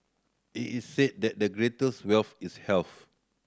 it is said that the greatest wealth is health